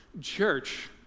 church